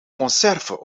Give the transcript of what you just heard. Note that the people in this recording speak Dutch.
conserven